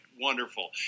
wonderful